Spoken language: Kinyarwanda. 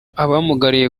abamugariye